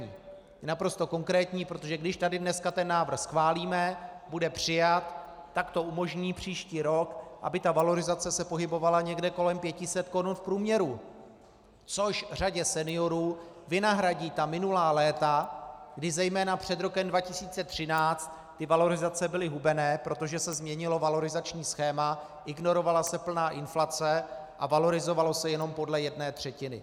Je naprosto konkrétní, protože když tady dneska ten návrh schválíme, bude přijat, tak to umožní příští rok, aby se valorizace pohybovala někde kolem 500 korun v průměru, což řadě seniorů vynahradí ta minulá léta, kdy zejména před rokem 2013 ty valorizace byly hubené, protože se změnilo valorizační schéma, ignorovala se plná inflace a valorizovalo se jenom podle jedné třetiny.